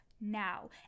Now